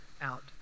out